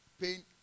pain